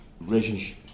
relationship